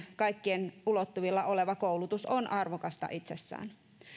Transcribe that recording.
kaikkien ulottuvilla oleva koulutus on arvokasta itsessään